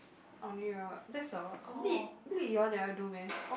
I only remember that's a lit lit you all never do meh